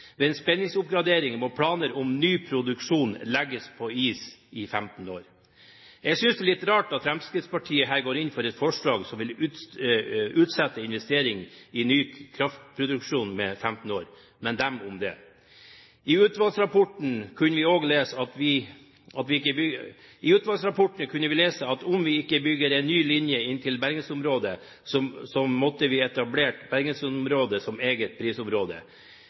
Ved en spenningsoppgradering må planer om ny produksjon legges på is i 15 år. Jeg synes det er litt rart at Fremskrittspartiet her går inn for et forslag som ville utsette investeringer i ny kraftproduksjon med 15 år, men dem om det. I utvalgsrapportene kunne vi lese at om vi ikke bygger en ny linje inn til bergensområdet, måtte vi etablert bergensområdet som eget prisområde